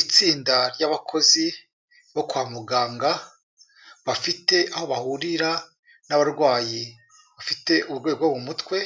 Itsinda ry'abakozi bo kwa muganga, bafite aho bahurira n'abarwayi bafite uburwayi bwo mu mutwe,